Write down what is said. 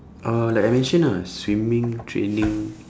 oh like I mention ah swimming training